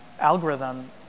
algorithm